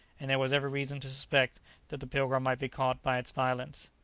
and there was every reason to suspect that the pilgrim might be caught by its violence.